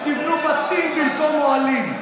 תבנו בתים במקום אוהלים.